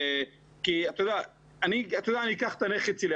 אני אקח כדוגמה את הנכד שלי.